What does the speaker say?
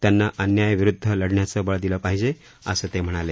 त्यांना अन्यायाविरूद्ध लढण्याचं बळ दिलं पाहिजे असं ते म्हणाले